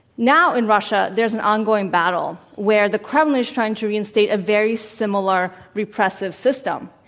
now in russia there's an ongoing battle where the kremlin is trying to reinstate a very similar repressive system.